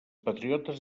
patriotes